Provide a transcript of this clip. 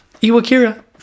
Iwakira